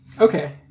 Okay